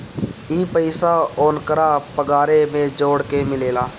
ई पइसा ओन्करा पगारे मे जोड़ के मिलेला